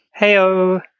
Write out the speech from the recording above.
Heyo